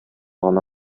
гына